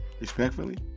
Respectfully